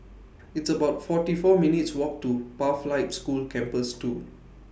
It's about forty four minutes' Walk to Pathlight School Campus two